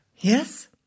Yes